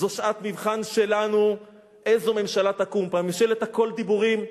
זו שעת מבחן שלנו איזו ממשלה תקום פה: האם ממשלת "הכול דיבורים",